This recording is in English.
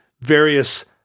various